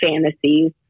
fantasies